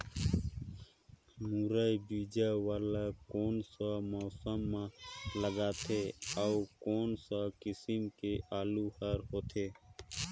मुरई बीजा वाला कोन सा मौसम म लगथे अउ कोन सा किसम के आलू हर होथे?